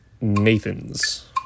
Nathan's